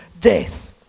death